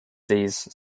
these